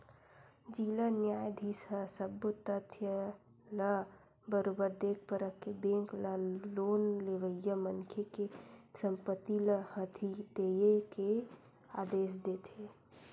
जिला न्यायधीस ह सब्बो तथ्य ल बरोबर देख परख के बेंक ल लोन लेवइया मनखे के संपत्ति ल हथितेये के आदेश देथे